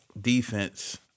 defense